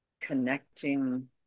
Connecting